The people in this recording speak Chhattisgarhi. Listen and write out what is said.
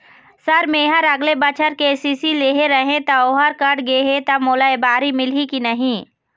सर मेहर अगले बछर के.सी.सी लेहे रहें ता ओहर कट गे हे ता मोला एबारी मिलही की नहीं?